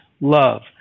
love